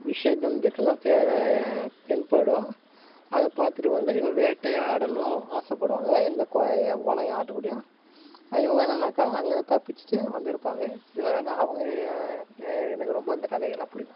விஷ ஜந்துகளெல்லாம் தென்படும் அதை பார்த்துட்டு வந்து வேட்டையாடணும் ஆசைப்படுவாங்க அந்த கோ ஓணாயும் ஆட்டுக்குட்டியும் இவங்க என்னென்னாக்க அங்கிருந்து தப்பிச்சுட்டு வந்திருப்பாங்க சில ஞாபகங்கள் எனக்கு ரொம்ப இந்த கதைகளெல்லாம் பிடிக்கும்